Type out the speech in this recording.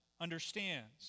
understands